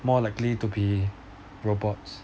more likely to be robots